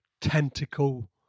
tentacle